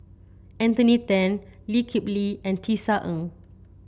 Anthony Then Lee Kip Lee and Tisa Ng